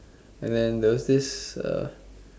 and then there was this uh